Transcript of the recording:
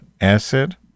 acid